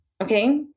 okay